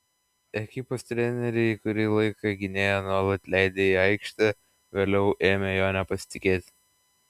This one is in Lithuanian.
ekipos treneriai kurį laiką gynėją nuolat leidę į aikštę vėliau ėmė juo nepasitikėti